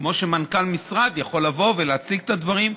כמו שמנכ"ל משרד יכול לבוא ולהציג את הדברים,